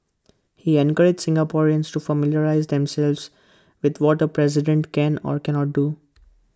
he encouraged Singaporeans to familiarise themselves with what A president can or cannot do